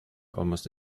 almost